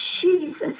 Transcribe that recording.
Jesus